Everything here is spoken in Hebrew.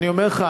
אני אומר לך,